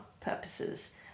purposes